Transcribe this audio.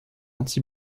anti